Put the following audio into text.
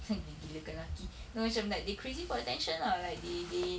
!huh! they gila kan lelaki no macam they crazy for attention lah like they they